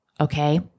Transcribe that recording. Okay